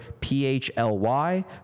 PHLY